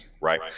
right